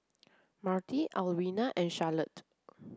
Marti Alwina and Charolette